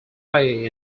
play